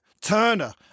Turner